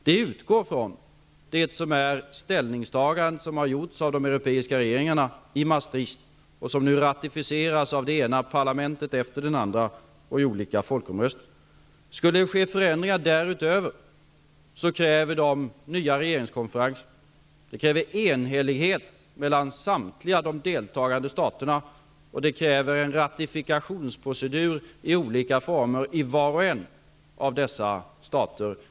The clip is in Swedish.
Det utgår från det ställningstagande som har gjorts av de europeiska regeringarna i Maastricht och som nu ratificeras av det ena parlamentet efter det andra och i olika folkomröstningar. Om det skulle ske förändringar därutöver kräver de nya regeringskonferenser. De kräver enhällighet mellan samtliga de deltagande staterna, och de kräver en ratifikationsprocedur i olika former i var och en av dessa stater.